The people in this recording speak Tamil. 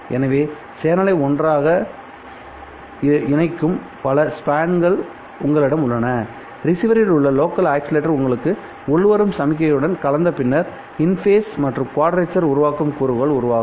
எனவே சேனலை ஒன்றாக இணைக்கும் பல ஸ்பான்கள் உங்களிடம் உள்ளன ரிசீவரில் உள்ள லோக்கல் ஆஸிலேட்டர் உங்களுக்கு உள்வரும் சமிக்ஞையுடன் கலந்த பின்னர் இன்ஃபேஸ் மற்றும் குவாட்ரேச்சரை உருவாக்கும் கூறுகள் உருவாகும்